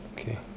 Okay